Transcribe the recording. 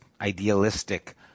idealistic